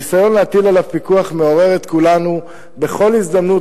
הניסיון להטיל עליו פיקוח מעורר את כולנו בכל הזדמנות,